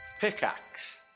Pickaxe